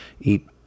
eat